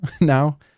now